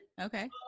Okay